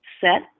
set